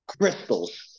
crystals